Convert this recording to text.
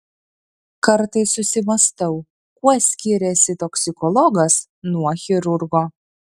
kartais susimąstau kuo skiriasi toksikologas nuo chirurgo